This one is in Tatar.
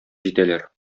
җитәләр